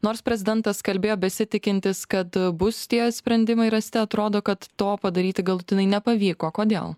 nors prezidentas kalbėjo besitikintis kad bus tie sprendimai rasti atrodo kad to padaryti galutinai nepavyko kodėl